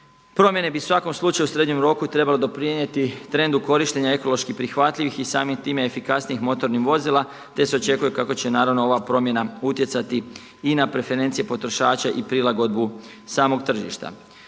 Promjene bi u svakom slučaju u srednjem roku trebale doprinijeti trendu korištenja ekološki prihvatljivih i samim tim efikasnijih motornih vozila, te se očekuje kako će naravno ova promjena utjecati i na preferencije potrošača i prilagodbu samog tržišta.